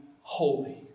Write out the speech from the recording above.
holy